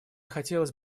хотелось